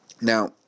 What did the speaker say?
Now